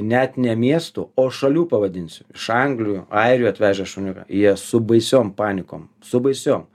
net ne miestų o šalių pavadinsiu iš anglijų airijų atvežę šuniuką jie su baisiom panikom su baisiom